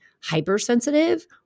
hypersensitive